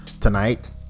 tonight